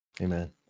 Amen